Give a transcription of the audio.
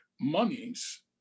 monies